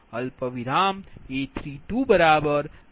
2174